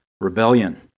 rebellion